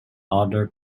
other